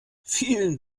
vielen